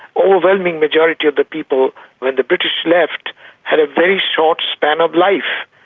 overwhelmingly majority of the people when the british left had a very short span of life,